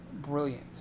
brilliant